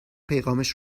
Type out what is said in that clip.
پیغامش